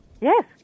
Yes